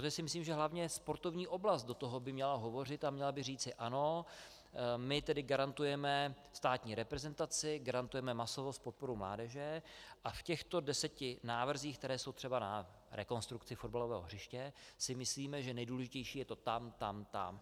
Protože si myslím, že hlavně sportovní oblast by do toho měla hovořit a měla by říci: Ano, my tedy garantujeme státní reprezentaci, garantujeme masovost, podporu mládeže a v těchto deseti návrzích, které jsou třeba na rekonstrukci fotbalového hřiště, si myslíme, že nejdůležitější je to tam, tam, tam.